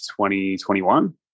2021